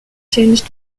changed